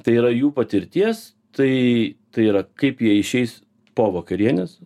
tai yra jų patirties tai tai yra kaip jie išeis po vakarienės